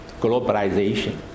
globalization